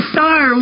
Star